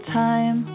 time